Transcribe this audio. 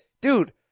dude